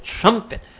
trumpet